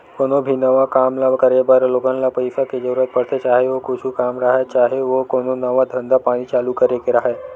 कोनो भी नवा काम ल करे बर लोगन ल पइसा के जरुरत पड़थे, चाहे ओ कुछु काम राहय, चाहे ओ कोनो नवा धंधा पानी चालू करे के राहय